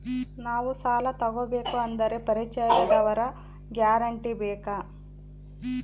ನಾವು ಸಾಲ ತೋಗಬೇಕು ಅಂದರೆ ಪರಿಚಯದವರ ಗ್ಯಾರಂಟಿ ಬೇಕಾ?